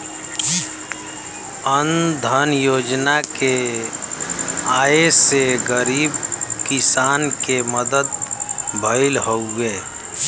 अन्न धन योजना के आये से गरीब किसान के मदद भयल हउवे